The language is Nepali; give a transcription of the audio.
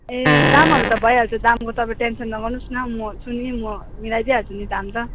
ए दामहरू त भइहाल्छ दामको तपाईँ टेन्सन नगर्नुहोस् न म छु नि म मिलाइदिइहाल्छु नि दाम त